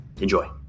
Enjoy